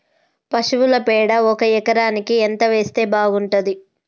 పశువుల పేడ ఒక ఎకరానికి ఎంత వేస్తే బాగుంటది?